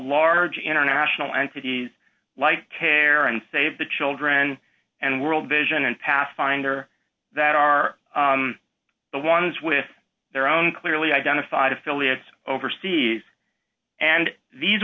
large international entities like care and save the children and world vision and pathfinder that are the ones with their own clearly identified affiliates overseas and these